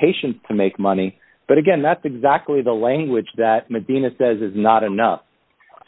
patient to make money but again that's exactly the language that medina says is not enough